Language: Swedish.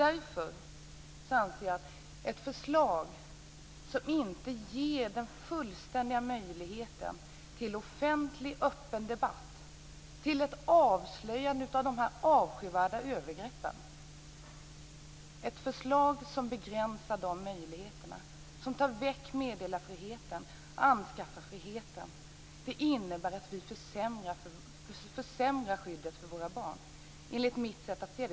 Därför anser jag att ett förslag som inte ger fullständig möjlighet till öppen offentlig debatt och avslöjande av dessa avskyvärda övergrepp och som tar bort meddelar och anskaffarfriheten innebär att vi försämrar skyddet för våra barn. Detta är mitt sätt att se saken.